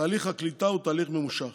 תהליך הקליטה הוא תהליך ממושך.